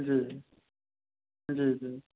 जी जी जी